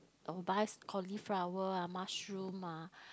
I'll buy cauliflower ah mushroom ah